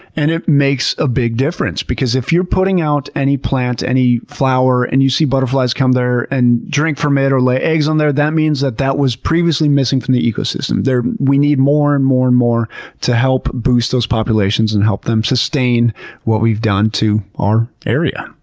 and it makes a big difference because if you're putting out any plant, any flower and you see butterflies come there and drink from it or lay eggs on there, that means that that was previously missing from the ecosystem. we need more, and more, and more to help boost those populations and help them sustain what we've done to our area.